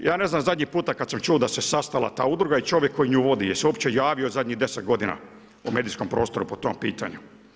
Ja ne znam zadnji puta kad sam čuo da se sastala ta udruga i čovjek koji nju vodi, jel' se uopće javio zadnjih 10 godina u medijskom prostoru po tom pitanju.